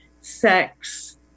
sex